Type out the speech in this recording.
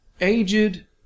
aged